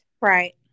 Right